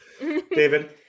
David